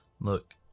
look